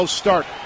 start